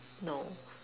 no